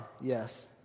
yes